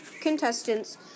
contestants